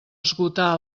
esgotar